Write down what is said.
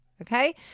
okay